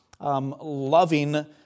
loving